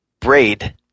Braid